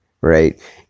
right